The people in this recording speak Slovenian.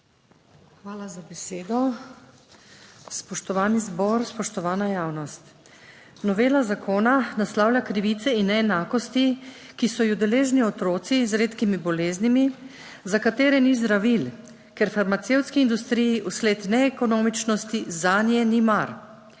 Hvala za besedo. Spoštovani zbor, spoštovana javnost! Novela zakona naslavlja krivice in neenakosti, ki so ju deležni otroci z redkimi boleznimi za katere ni zdravil, ker v farmacevtski industriji v sled neekonomičnosti zanje ni mar.